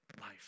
life